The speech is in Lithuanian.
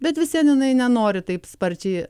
bet vis vien jinai nenori taip sparčiai